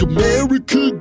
America